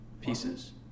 pieces